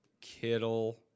Kittle